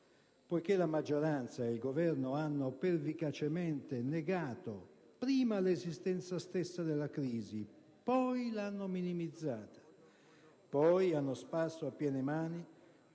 poiché la maggioranza e il Governo hanno prima pervicacemente negato l'esistenza stessa della crisi, poi l'hanno minimizzata, poi hanno sparso a piene mani